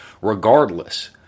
regardless